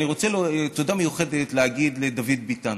אני רוצה תודה מיוחדת להגיד לדוד ביטן,